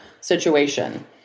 situation